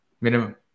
Minimum